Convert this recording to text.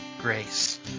grace